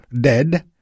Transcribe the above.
dead